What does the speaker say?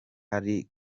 nari